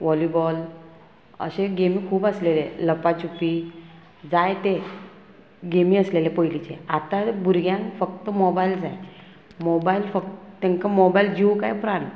volleyball अशे गेमी खूब आसलेले लपा छुपी जायते गेमी आसलेले पयलींचे आतां भुरग्यांक फक्त मोबायल जाय मोबायल फक्त तांकां मोबायल जीव काय प्राण